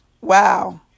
Wow